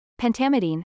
pentamidine